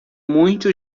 muito